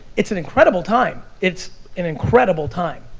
it's an incredible time, it's an incredible time.